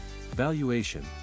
Valuation